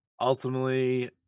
ultimately